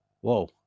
whoa